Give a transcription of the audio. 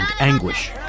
anguish